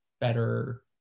better